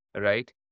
right